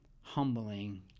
humbling